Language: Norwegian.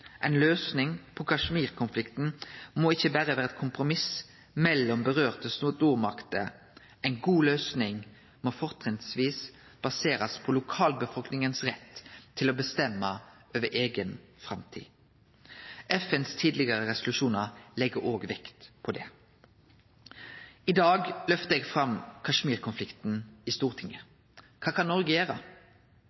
løysing på Kashmir-konflikten må ikkje berre vere eit kompromiss mellom dei stormaktene det vedkjem. Ei god løysing må fortrinnsvis baserast på retten til lokalbefolkninga til å bestemme over eiga framtid. FNs tidlegare resolusjonar legg òg vekt på det. I dag løftar eg fram Kashmir-konflikten i